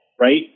right